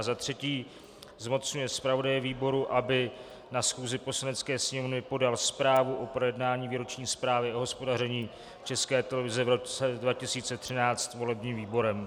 za třetí zmocňuje zpravodaje výboru, aby na schůzi Poslanecké sněmovny podal zprávu o projednání výroční zprávy o hospodaření České televize v roce 2013 volebním výborem.